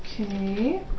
Okay